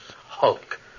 hulk